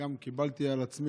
וגם קיבלתי על עצמי,